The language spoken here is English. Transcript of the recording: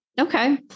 Okay